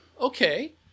okay